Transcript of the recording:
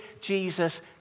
Jesus